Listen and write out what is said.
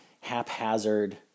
haphazard